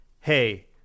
hey